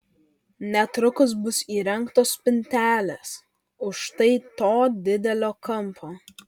netrukus bus įrengtos spintelės už štai to didelio kampo